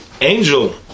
angel